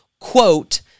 quote